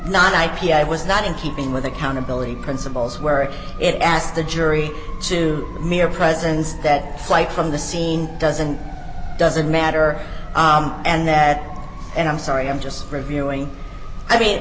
p i was not in keeping with accountability principles where it asked the jury to mere presence that flight from the scene doesn't doesn't matter and that and i'm sorry i'm just reviewing i mean